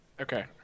Okay